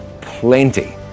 plenty